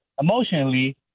emotionally